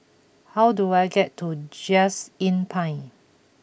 how do I get to Just Inn Pine